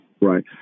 Right